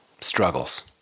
struggles